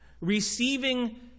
receiving